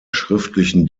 schriftlichen